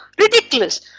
ridiculous